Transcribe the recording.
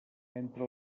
entre